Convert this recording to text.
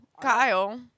Kyle